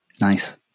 nice